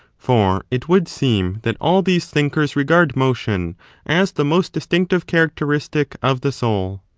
for it would seem that all these thinkers regard motion as the most distinctive characteristic of the soul.